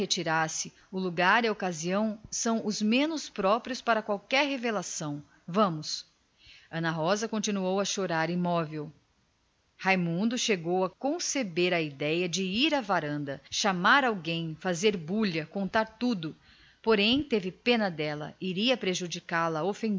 retirar-se o lugar e a ocasião são os menos próprios para revelações tão delicadas falaremos depois ana rosa continuou a chorar imóvel raimundo chegou a conceber a idéia de ir à varanda chamar por alguém fazer bulha contar tudo mas teve pena dela iria prejudicá la